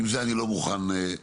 עם זה אני לא מוכן להשלים.